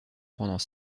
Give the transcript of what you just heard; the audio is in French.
pendant